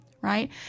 right